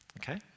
Okay